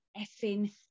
effing